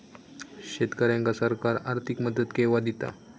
शेतकऱ्यांका सरकार आर्थिक मदत केवा दिता?